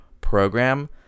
program